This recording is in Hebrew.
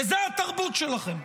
וזו התרבות שלכם,